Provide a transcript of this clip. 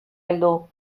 heldu